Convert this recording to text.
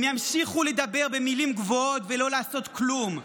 הם ימשיכו לדבר במילים גבוהות ולא לעשות כלום,